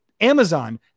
Amazon